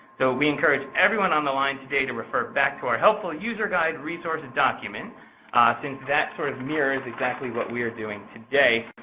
so we encourage everyone on the line today to refer back to our helpful user guide resources document since that sort of mirrors exactly what we are doing today.